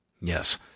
yes